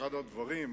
אחד הדברים,